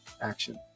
action